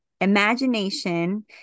Imagination